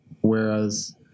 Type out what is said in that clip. Whereas